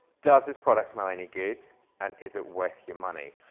does this product smell any good and is it worth your money?